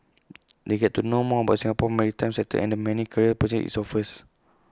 they'll get to know more about Singapore's maritime sector and the many career opportunities IT offers